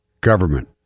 government